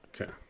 Okay